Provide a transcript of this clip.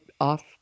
off